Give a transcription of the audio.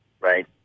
Right